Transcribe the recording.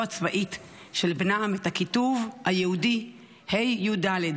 הצבאית של בנם את הכיתוב היהודי הי"ד,